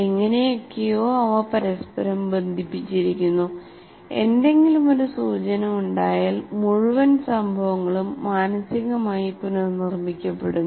എങ്ങനെയൊക്കെയോ അവ പരസ്പരം ബന്ധിപ്പിച്ചിരിക്കുന്നു എന്തെങ്കിലും ഒരു സൂചന ഉണ്ടായാൽ മുഴുവൻ സംഭവങ്ങളും മാനസികമായി പുനർനിർമ്മിക്കപ്പെടുന്നു